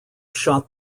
shot